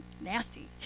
nasty